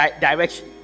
direction